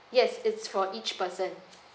yes it's for each person